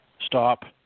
stop